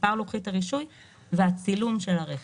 מספר לוחית הרישוי והצילום של הרכב.